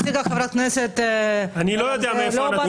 מה שהציגה חברת הכנסת הר מלך --- אני לא יודע מאיפה הנתון.